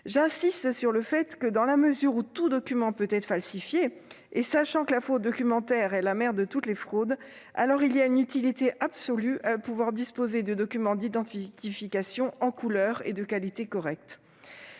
d'action volontariste. Dans la mesure où tout document peut être falsifié et sachant que la fraude documentaire est la mère de toutes les fraudes, j'insiste sur l'utilité absolue de disposer de documents d'identification en couleur et de qualité correcte.